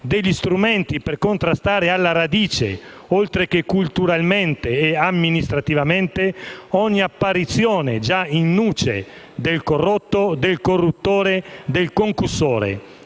degli strumenti per contrastare alla radice, oltre che culturalmente e amministrativamente, ogni apparizione, già *in nuce*, del corrotto, del corruttore, del concussore.